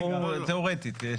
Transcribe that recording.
תיאורטית.